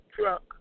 truck